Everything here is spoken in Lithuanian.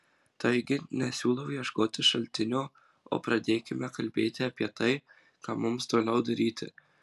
taigi nesiūlau ieškoti šaltinio o pradėkime kalbėti apie tai ką mums toliau daryti